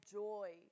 joy